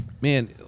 Man